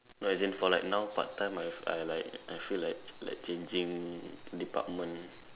no as in for like now part time I I like I feel like like changing department